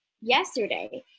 yesterday